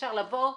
אפשר לבוא?